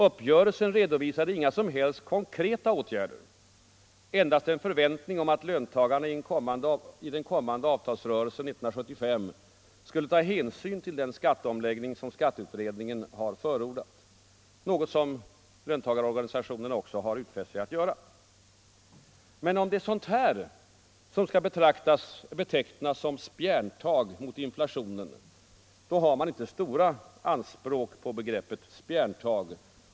Uppgörelsen redovisade inga som helst konkreta åtgärder - endast en förväntning om att löntagarna i den kommande avtalsrörelsen 1975 skulle ta hänsyn till den skatteomläggning som skatte utredningen förordat; något som löntagarorganisationerna också har utfäst sig att göra. Om det är sådant som skall betecknas som ”spjärntag” mot inflationen, då har man inte stora anspråk på begreppet ”spjärntag”.